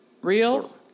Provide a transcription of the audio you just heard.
real